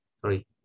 sorry